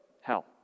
Hell